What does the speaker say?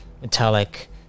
metallic